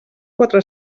quatre